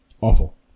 Awful